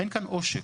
אין כאן עושק.